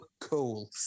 cool